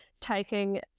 taking